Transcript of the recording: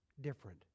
different